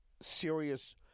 serious